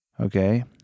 Okay